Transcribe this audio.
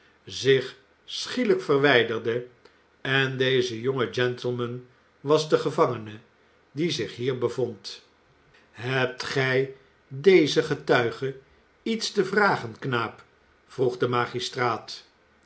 zich schielijk verwijderde en deze jonge gentleman was de gevangene die zich hier bevond hebt gij deze getuige iets te vragen knaap vroeg de magistraat